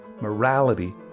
morality